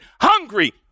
hungry